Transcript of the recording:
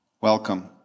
Welcome